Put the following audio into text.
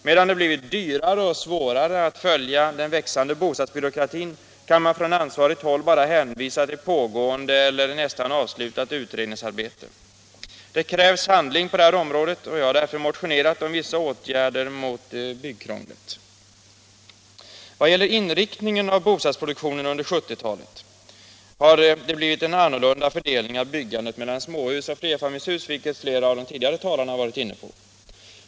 Medan det blivit dyrare och svårare att följa den växande bostadsbyråkratin kan man från ansvarigt håll bara hänvisa till pågående eller nästan avslutat utredningsarbete. Det krävs handling på det här området, och jag har därför motionerat om vissa åtgärder mot byggkrånglet. Vad gäller inriktningen av bostadsproduktionen under 1970-talet har det blivit en annorlunda fördelning av byggandet mellan småhus och flerfamiljshus, vilket flera av de tidigare talarna har varit inne på.